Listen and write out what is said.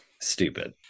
Stupid